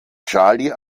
charlie